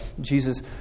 Jesus